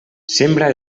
sembra